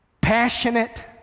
passionate